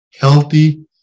healthy